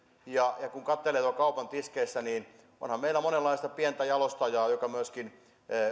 kun katselee tuolla kaupan tiskejä niin onhan meillä monenlaista pientä jalostajaa jotka myöskin